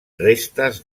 restes